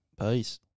peace